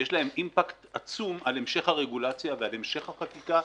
יש אינפקט עצום על המשך הרגולציה ועל המשך החקיקה,